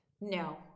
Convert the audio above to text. No